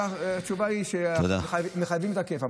התשובה היא שמחייבים לתקף.